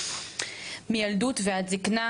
מגיל ילדות ועד זקנה,